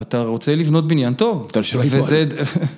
אתה רוצה לבנות בניין טוב, וזה...